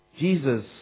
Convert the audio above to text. Jesus